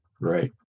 Right